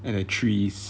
and the trees